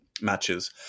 matches